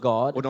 God